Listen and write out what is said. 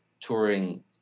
touring